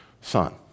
son